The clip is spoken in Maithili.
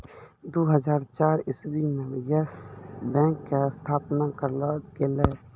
दु हजार चार इस्वी मे यस बैंक के स्थापना करलो गेलै